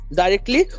directly